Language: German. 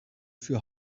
für